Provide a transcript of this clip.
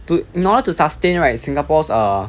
to in order to sustain right singapore's err